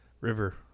River